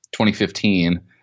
2015